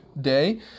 day